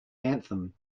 anthem